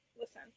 listen